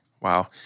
Wow